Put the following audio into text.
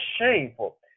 shameful